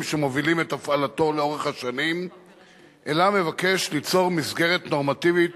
שמובילים את הפעלתו לאורך השנים אלא מבקש ליצור מסגרת נורמטיבית